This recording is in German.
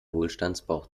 wohlstandsbauch